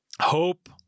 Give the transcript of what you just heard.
Hope